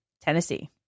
Tennessee